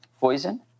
poison